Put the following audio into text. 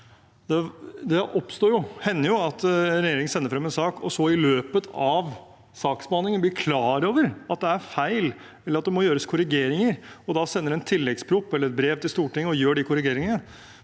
Det hender jo at regjeringen sender en sak og i løpet av saksbehandlingen blir klar over at det er feil, eller at det må gjøres korrigeringer, og da sender en tilleggsproposisjon eller et brev til Stortinget og gjør de korrigeringene,